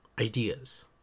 ideas